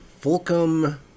fulcum